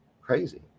Crazy